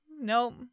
Nope